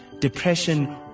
depression